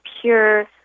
pure